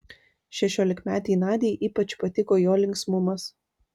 šešiolikmetei nadiai ypač patiko jo linksmumas